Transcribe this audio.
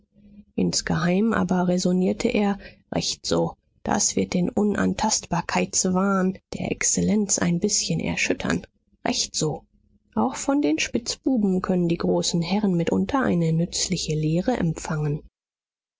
insgeheim aber räsonierte er recht so das wird den unantastbarkeitswahn der exzellenz ein bißchen erschüttern recht so auch von den spitzbuben können die großen herren mitunter eine nützliche lehre empfangen